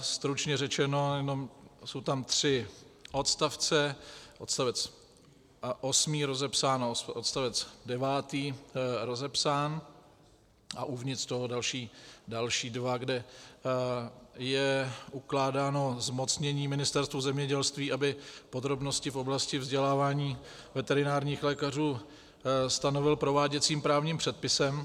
Stručně řečeno, jsou tam tři odstavce, odstavec osmý rozepsán, odstavec devátý rozepsán a uvnitř toho další dva, kde je ukládáno zmocnění Ministerstvu zemědělství, aby podrobnosti v oblasti vzdělávání veterinárních lékařů stanovilo prováděcím právním předpisem.